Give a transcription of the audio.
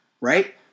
right